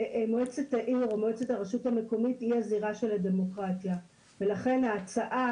מועצת העיר או מועצת הרשות המקומית היא הזירה של הדמוקרטיה ולכן ההצעה,